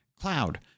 Cloud